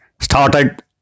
started